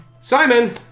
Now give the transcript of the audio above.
Simon